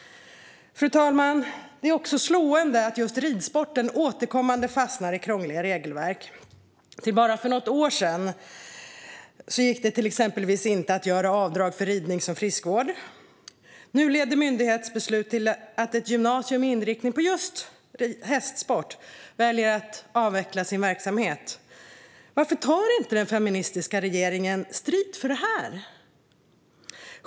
Fru talman! Det är slående att just ridsporten återkommande fastnar i krångliga regelverk. Till bara för något år sedan gick det exempelvis inte att göra avdrag för ridning som friskvård. Nu leder myndighetsbeslut till att ett gymnasium med inriktning på hästsport väljer att avveckla sin verksamhet. Varför tar den feministiska regeringen inte strid för detta?